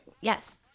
Yes